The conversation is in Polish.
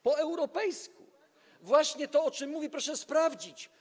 Po europejsku - właśnie to, o czym mówię, proszę sprawdzić.